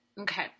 Okay